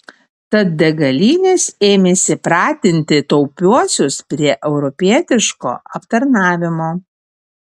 tad degalinės ėmėsi pratinti taupiuosius prie europietiško aptarnavimo